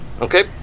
Okay